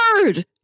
bird